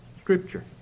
Scripture